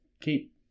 keep